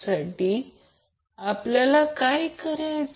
आता आपल्याला काय करायचे आहे